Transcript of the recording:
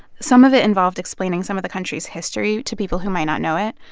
some of it involved explaining some of the country's history to people who might not know it.